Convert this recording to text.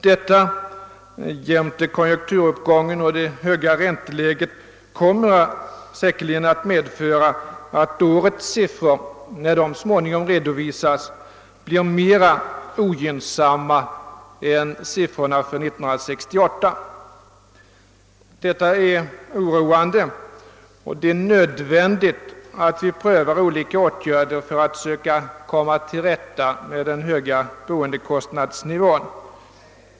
Detta jämte konjunkturuppgången och det höga ränteläget kommer att medföra att årets siffror — när de så småningom redovisas — blir mer ogynnsamma än 1968 års siffror. Detta är oroande. Det är nödvändigt att vi prövar olika åtgärder för att söka komma till rätta med den höga boendekostnadsnivån.